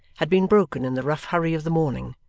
had been broken in the rough hurry of the morning,